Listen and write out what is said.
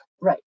Right